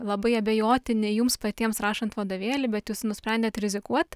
labai abejotini jums patiems rašant vadovėlį bet jūs nusprendėt rizikuot